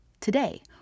today